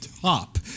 top